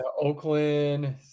Oakland